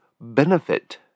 benefit